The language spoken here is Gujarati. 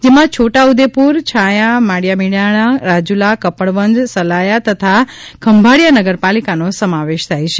જેમાં છોટા ઊદેપુર છાયાં માળીયામિયાણાં રાજૂલા કપડવંજ સલાયા તથા ખંભાળીયા નગરપાલિકાનો સમાવેશ થાય છે